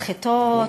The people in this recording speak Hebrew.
סחיטות,